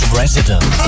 resident